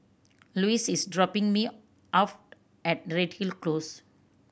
Louise is dropping me off at Redhill Close